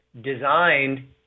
designed